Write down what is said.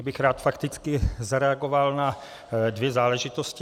Rád bych fakticky zareagoval na dvě záležitosti.